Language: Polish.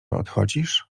odchodzisz